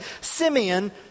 simeon